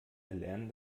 erlernen